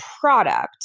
product